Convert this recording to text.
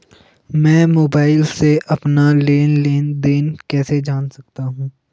मैं मोबाइल से अपना लेन लेन देन कैसे जान सकता हूँ?